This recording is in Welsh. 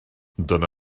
dyna